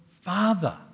Father